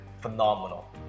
Phenomenal